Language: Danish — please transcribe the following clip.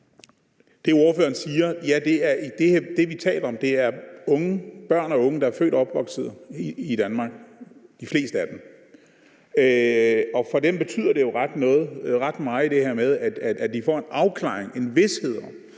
Det, vi taler om, er børn og unge, der er født og opvokset i Danmark – de fleste af dem. Og for dem betyder det ret meget, at de får en afklaring, en vished